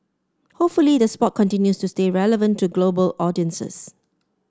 hopefully the sport continues to stay relevant to global audiences